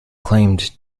claimed